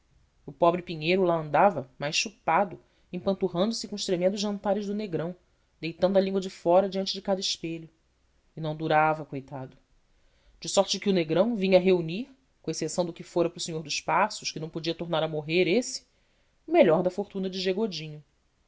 o pobre pinheiro lá andava mais chupado empanturrando se com os tremendos jantares do negrão deitando a língua de fora diante de cada espelho e não durava coitado de sorte que o negrão vinha a reunir com exceção do que fora para o senhor dos passos que não podia tornar a morrer esse o melhor da fortuna de g godinho